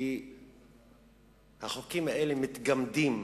כי החוקים האלה מתגמדים